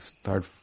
start